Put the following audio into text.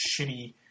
shitty